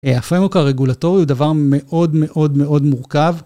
הפרמוק הרגולטורי הוא דבר מאוד מאוד מאוד מורכב.